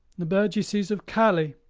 the burgesses of callis,